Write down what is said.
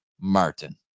Martin